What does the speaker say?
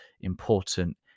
important